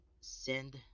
send